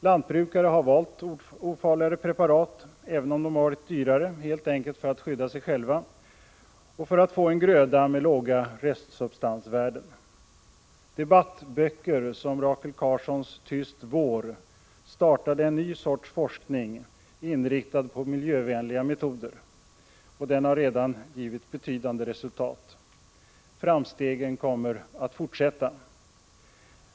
Lantbrukare har valt ofarligare preparat, även om de varit dyrare, helt enkelt för att skydda sig själva och för att få en gröda med mycket låga restsubstansvärden. Debattböcker som Rachel Carsons Tyst vår startade en ny sorts forskning, inriktad på miljövänliga metoder, som redan givit betydande resultat. Framstegen kommer att fortsätta.